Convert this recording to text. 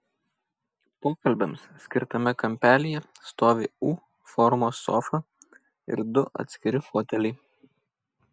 pokalbiams skirtame kampelyje stovi u formos sofa ir du atskiri foteliai